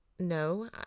no